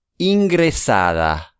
Ingresada